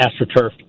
AstroTurf